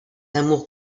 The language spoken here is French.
amours